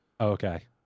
okay